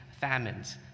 famines